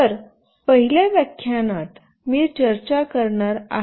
तर पहिल्या व्याख्यानात मी चर्चा करणार आहे